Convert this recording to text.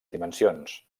dimensions